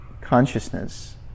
consciousness